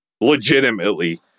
legitimately